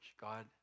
God